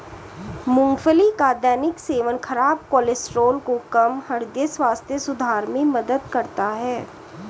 मूंगफली का दैनिक सेवन खराब कोलेस्ट्रॉल को कम, हृदय स्वास्थ्य सुधार में मदद करता है